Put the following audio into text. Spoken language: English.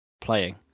playing